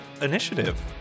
initiative